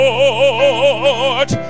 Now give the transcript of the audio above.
Lord